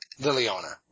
Liliana